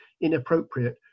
inappropriate